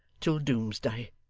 till doomsday